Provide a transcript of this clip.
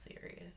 serious